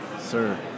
sir